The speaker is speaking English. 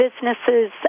businesses